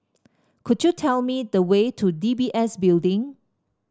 could you tell me the way to D B S Building